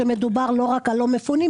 שמדובר לא רק על לא מפונים,